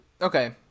Okay